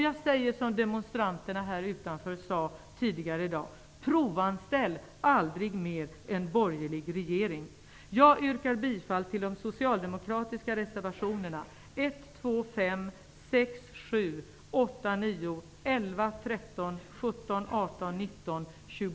Jag säger som demonstranterna här utanför sade tidigare i dag: Provanställ aldrig mer en borgerlig regering!